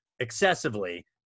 excessively